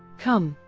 come,